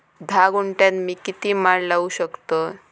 धा गुंठयात मी किती माड लावू शकतय?